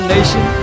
Nation